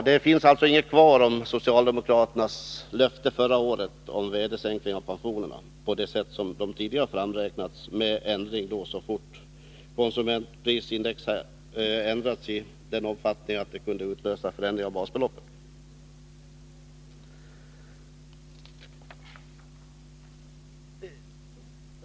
Det finns alltså inte någonting kvar av socialdemokraternas löfte förra året om en värdesäkring av pensionerna på det sätt som de tidigare har framräknats, med justeringar så fort konsumentprisindex förändrats i den omfattning att det kunde utlösa ändringar av basbeloppet.